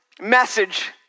message